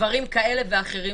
דברים כאלה ואחרים.